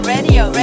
Radio